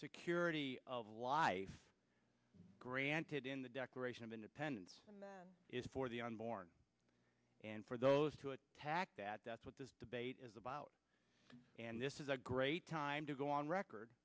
security of lives granted in the declaration of independence is for the unborn and for those who attack that that's what this debate is about and this is a great time to go on record